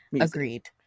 Agreed